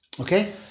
Okay